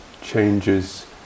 changes